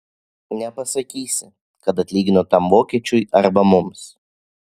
nepasakysi kad atlygino tam vokiečiui arba mums